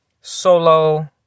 Solo